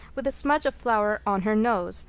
with a smudge of flour on her nose,